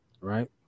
right